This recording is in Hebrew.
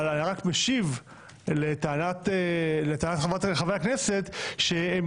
אבל אני רק משיב לטענת חברי הכנסת שהם